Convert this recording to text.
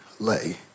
lay